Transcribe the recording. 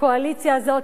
הקואליציה הזאת,